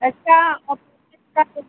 अच्छा ऑपरेशन का